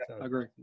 Agree